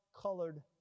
colored